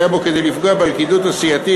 והיה בו כדי לפגוע בלכידות הסיעתית